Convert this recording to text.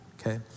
Okay